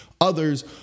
others